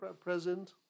Present